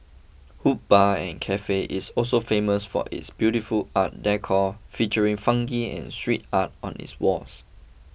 Hood Bar and Cafe is also famous for its beautiful art decor featuring funky and street art on its walls